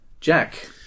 Jack